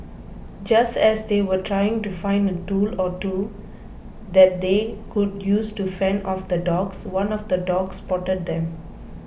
just as they were trying to find a tool or two that they could use to fend off the dogs one of the dogs spotted them